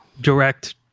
direct